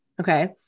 Okay